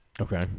Okay